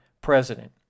president